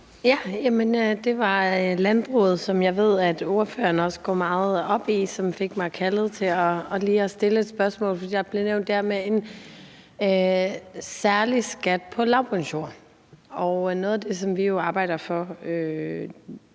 Det var landbruget, som jeg ved at ordføreren også går meget op i, som fik mig til lige at stille et spørgsmål. Der blev nævnt det her med en særlig skat på lavbundsjord. Noget af det, som vi arbejder for